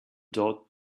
door